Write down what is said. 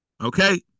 okay